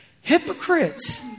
Hypocrites